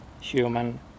human